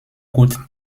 coûte